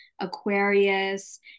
Aquarius